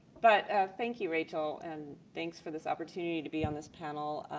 but ah thank you rachel and thanks for this opportunity to be on this panel.